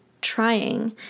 trying